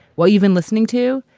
what you've been listening to,